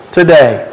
today